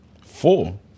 Four